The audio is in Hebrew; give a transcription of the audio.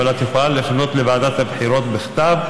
אבל את יכולה לפנות לוועדת הבחירות בכתב.